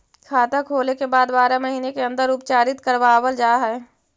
खाता खोले के बाद बारह महिने के अंदर उपचारित करवावल जा है?